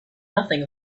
nothing